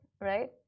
Right